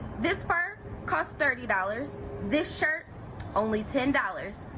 this purse costs thirty dollars. this shirt only ten dollars.